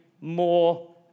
more